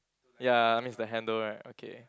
ya I miss the handle right okay